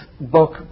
book